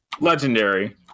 Legendary